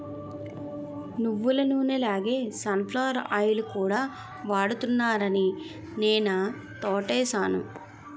నువ్వులనూనె లాగే sunflower oil కూడా వాడుతున్నారాని నేనా తోటేసాను